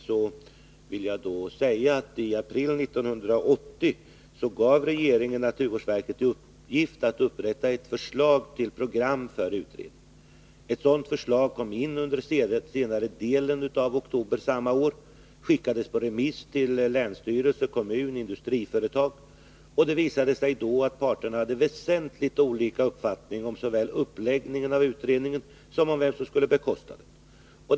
Då vill jag säga att regeringen i april 1980 gav naturvårdsverket i uppgift att upprätta ett förslag till program för en utredning. Ett sådant förslag kom också under senare delen av oktober samma år. Det skickades på remiss till länsstyrelse, kommun och industriföretag. Det visade sig då att parterna hade väsentligt olika uppfattning såväl om uppläggningen av utredningen som om vem som skulle bekosta den.